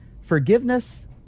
Forgiveness